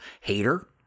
Hater